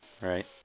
Right